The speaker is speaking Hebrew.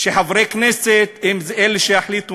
חבר הכנסת ישראל אייכלר.